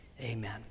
Amen